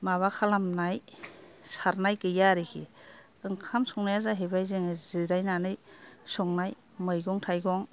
माबा खालामनाय सारनाय गैया आरोखि ओंखाम संनाया जाहैबाय जोङो जिरायनानै संनाय मैगं थाइगं